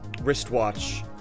wristwatch